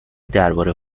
دربارهی